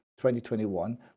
2021